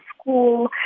school